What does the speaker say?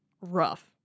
rough